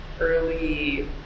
early